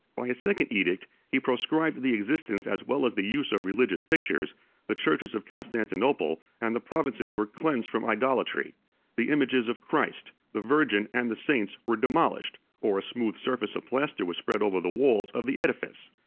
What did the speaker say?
by a second edict, he proscribed the existence as well as the use of religious pictures the churches of constantinople and the provinces were cleansed from idolatry the images of christ, the virgin, and the saints, were demolished, or a smooth surface of plaster was spread over the walls of the edifice.